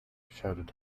shouted